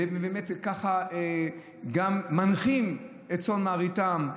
ובאמת כך גם מנחים את צאן מרעיתם?